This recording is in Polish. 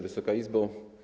Wysoka Izbo!